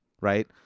right